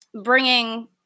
bringing